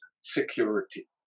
security